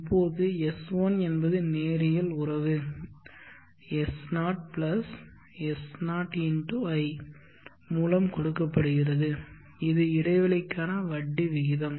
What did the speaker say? இப்போது S1 என்பது நேரியல் உறவு S0 S0 × i மூலம் கொடுக்கப்படுகிறது இது இடைவெளிக்கான வட்டி விகிதம்